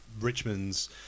Richmond's